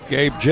Gabe